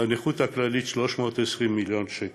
לנכות הכללית 320 מיליון שקל.